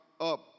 up